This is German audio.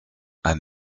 ein